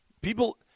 people –